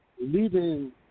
leaving